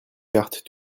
cartes